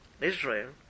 Israel